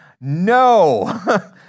No